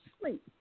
sleep